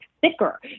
thicker